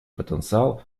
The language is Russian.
потенциал